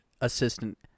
assistant